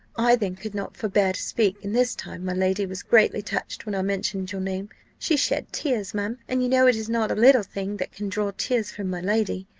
i then could not forbear to speak, and this time my lady was greatly touched when i mentioned your name she shed tears, ma'am and you know it is not a little thing that can draw tears from my lady.